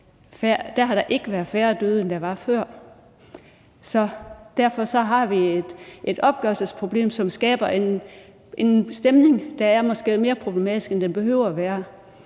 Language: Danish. har der ikke været færre døde, end der var før. Derfor har vi et opgørelsesproblem, som skaber en stemning, der måske er lidt mere problematisk, end den behøver at være.